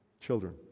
Children